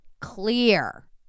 clear